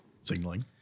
signaling